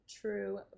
True